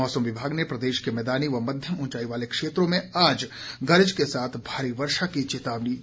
मौसम विभाग ने प्रदेश के मैदानी व मध्यम उंचाई वाले क्षेत्रों में आज गरज के साथ भारी वर्षा की चेतावनी जारी की है